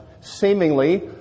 seemingly